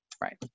Right